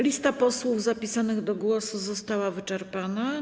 Lista posłów zapisanych do głosu została wyczerpana.